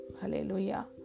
Hallelujah